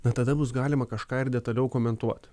na tada bus galima kažką ir detaliau komentuot